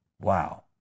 Wow